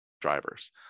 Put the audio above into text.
drivers